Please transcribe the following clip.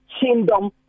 kingdom